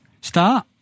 start